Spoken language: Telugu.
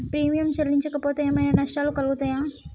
ప్రీమియం చెల్లించకపోతే ఏమైనా నష్టాలు కలుగుతయా?